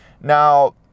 Now